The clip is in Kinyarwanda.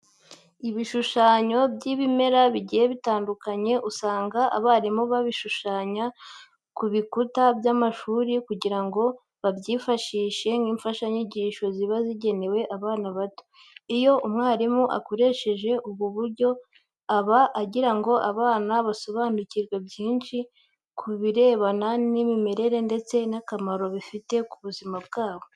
Ibishushanyo by'ibimera bigiye bitandukanye usanga abarimu babishushanya ku bikuta by'amashuri kugira ngo babyifashishe nk'imfashanyigisho ziba zigenewe abana bato. Iyo umwarimu akoresheje ubu buryo aba agira ngo abana basobanukirwe byinshi kubirebana n'ibimera ndetse n'akamaro bifite ku buzima bwabo.